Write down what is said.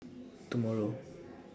tomorrow